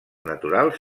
naturals